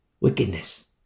Wickedness